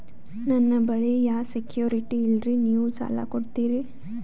ನನ್ನ ಬಳಿ ಯಾ ಸೆಕ್ಯುರಿಟಿ ಇಲ್ರಿ ನೀವು ಸಾಲ ಕೊಡ್ತೀರಿ?